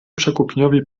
przekupniowi